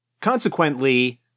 Consequently